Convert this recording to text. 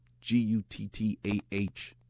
G-U-T-T-A-H